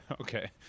Okay